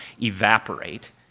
evaporate